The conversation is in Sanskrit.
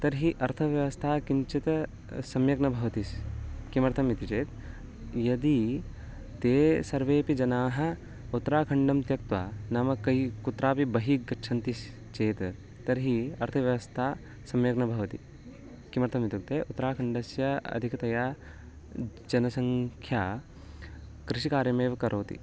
तर्हि अर्थव्यवस्था किञ्चित् सम्यक् न भवति स् किमर्थम् इति चेत् यदि ते सर्वेऽपि जनाः उत्राखण्डं त्यक्त्वा नाम कयि कुत्रापि बहि गच्छन्ति स् चेत् तर्हि अर्थव्यवस्था सम्यक् न भवति किमर्थम् इत्युक्ते उत्राखण्डस्य अधिकतया जनसङ्ख्या कृषिकार्यमेव करोति